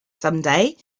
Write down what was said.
someday